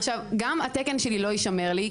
גם התקן שלי לא יישמר לי,